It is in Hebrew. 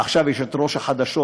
עכשיו יש את ראש החדשות,